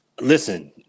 Listen